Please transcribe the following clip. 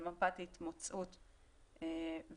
למפת ההתמצאות וכו'.